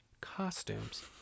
costumes